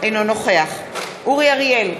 אינו נוכח אורי אריאל,